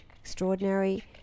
extraordinary